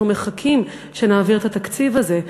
כבר מחכים שנעביר את התקציב הזה,